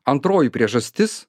antroji priežastis